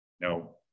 No